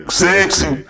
sexy